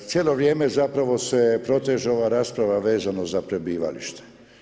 Cijelo vrijeme zapravo se proteže ova rasprava vezano za prebivalište.